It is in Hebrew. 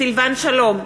סילבן שלום,